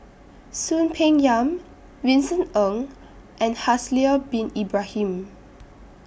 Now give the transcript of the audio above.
Soon Peng Yam Vincent Ng and Haslir Bin Ibrahim